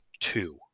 two